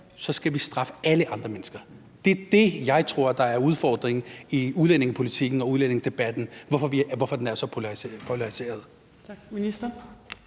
så skal vi straffe alle andre mennesker; det er det, jeg tror er udfordringen i udlændingepolitikken og i udlændingedebatten, og det er derfor, den er så polariseret.